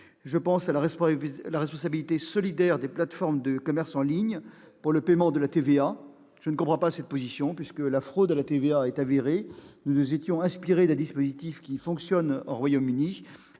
Je pense à la responsabilité solidaire des plateformes de commerce en ligne pour le paiement de la TVA. Je ne comprends pas cette position. Il s'agit en l'espèce d'une fraude avérée à la TVA. Nous nous étions inspirés d'un dispositif qui fonctionne au Royaume-Uni,